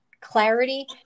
clarity